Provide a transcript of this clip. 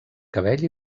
cabell